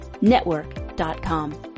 network.com